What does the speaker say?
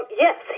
Yes